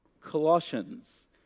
Colossians